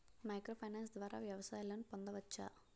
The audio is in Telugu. మైక్రో ఫైనాన్స్ ద్వారా వ్యవసాయ లోన్ పొందవచ్చా?